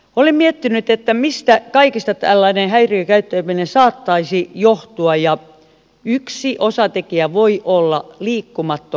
olen miettinyt mistä kaikesta tällainen häiriökäyttäytyminen saattaisi johtua ja yksi osatekijä voi olla liikkumattomuus